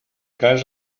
cas